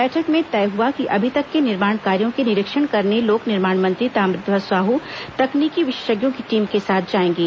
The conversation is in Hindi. बैठक में तय हुआ कि अभी तक के निर्माण कार्यों के निरीक्षण करने लोक निर्माण मंत्री ताम्रध्वज साह तकनीकी विशेषज्ञों की टीम के साथ जाएंगे